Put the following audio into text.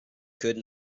could